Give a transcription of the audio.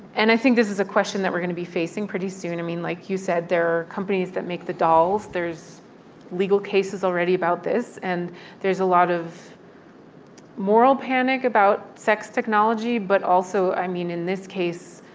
and i think this is a question that we're going to be facing pretty soon. i mean, like you said, there are companies that make the dolls. there's legal cases already about this. and there's a lot of moral panic about sex technology but also, i mean, in this case,